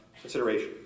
consideration